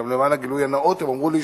גם למען הגילוי הנאות, הם אמרו לי